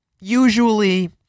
usually